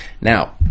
Now